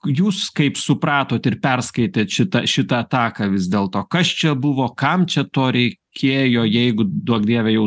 jūs kaip supratot ir perskaitėt šitą šitą ataką vis dėlto kas čia buvo kam čia to reikėjo jeigu duok dieve jau